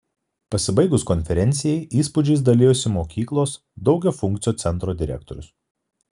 pasibaigus konferencijai įspūdžiais dalijosi mokyklos daugiafunkcio centro direktorius